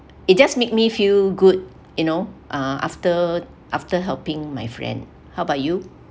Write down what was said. it just make me feel good you know uh after after helping my friend how about you